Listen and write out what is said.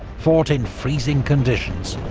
fought in freezing conditions,